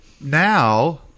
now